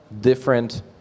different